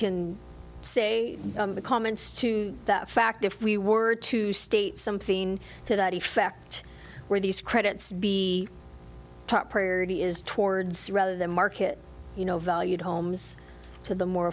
can say the comments to that fact if we were to state something to that effect where these credits be top priority is towards rather than market you know valued homes to the more